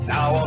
Now